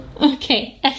Okay